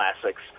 classics